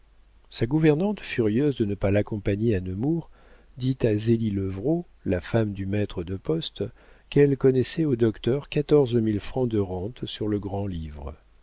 sa gouvernante furieuse de ne pas l'accompagner à nemours dit à zélie levrault la femme du maître de poste qu'elle connaissait au docteur quatorze mille francs de rentes sur le grand-livre